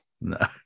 No